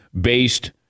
based